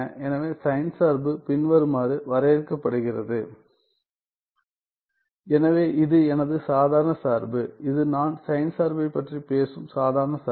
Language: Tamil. எனவே சைன் சார்பு பின்வருமாறு வரையறுக்கப்படுகிறது எனவே இது எனது சாதாரண சார்பு இது நான் சைன் சார்பைப் பற்றி பேசும் சாதாரண சார்பு